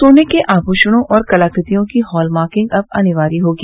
सोने के आमूषणों और कलाकृतियों की हॉलमार्किंग अब अनिवार्य होगी